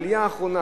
העלייה האחרונה